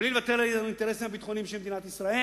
בלי לוותר על האינטרסים הביטחוניים של מדינת ישראל.